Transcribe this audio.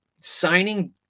signing